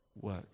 work